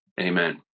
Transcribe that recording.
Amen